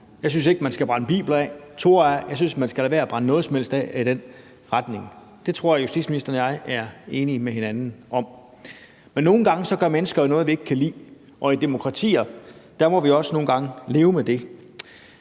Jeg synes, man skal lade være med at brænde noget som helst af i den retning. Det tror jeg justitsministeren og jeg er enige med hinanden om. Men nogle gange gør mennesker jo noget, vi ikke kan lide, og i demokratier må vi også nogle gange leve med det.